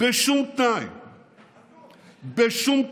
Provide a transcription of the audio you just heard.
בשום תנאי,